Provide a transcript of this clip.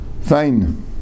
Fine